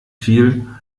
viel